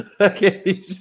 Okay